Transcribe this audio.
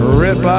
rip